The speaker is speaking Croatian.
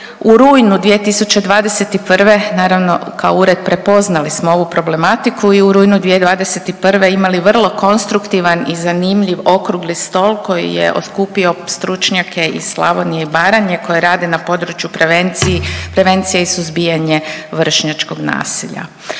U rujnu 2021. naravno kao ured prepoznali smo ovu problematiku i u rujnu 2021. imali vrlo konstruktivan i zanimljiv Okrugli stol koji je okupio stručnjake iz Slavonije i Baranje koji rade na području prevencije i suzbijanje vršnjačkog nasilja,